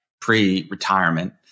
pre-retirement